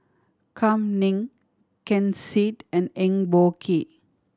Kam Ning Ken Seet and Eng Boh Kee